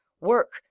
Work